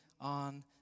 on